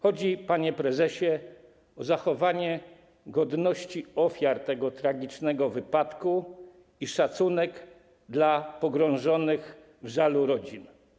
Chodzi, panie prezesie, o zachowanie godności ofiar tego tragicznego wypadku i szacunek dla pogrążonych w żalu rodzin.